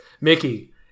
mickey